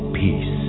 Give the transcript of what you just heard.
peace